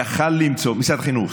משרד החינוך.